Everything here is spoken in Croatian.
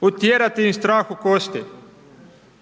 Utjerati im strah u kosti,